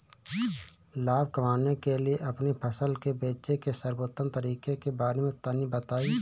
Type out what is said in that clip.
लाभ कमाने के लिए अपनी फसल के बेचे के सर्वोत्तम तरीके के बारे में तनी बताई?